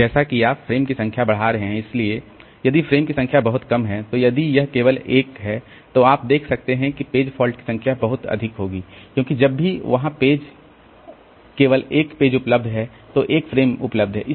तो जैसा कि आप फ्रेम की संख्या बढ़ा रहे हैं इसलिए यदि फ़्रेम की संख्या बहुत कम हैतो यदि यह केवल 1 है तो आप देख सकते हैं कि पेज फॉल्ट की संख्या बहुत अधिक होगी क्योंकि जब भी वहाँ केवल एक पेज उपलब्ध है तो एक फ्रेम उपलब्ध है